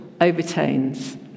overtones